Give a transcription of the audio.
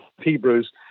Hebrews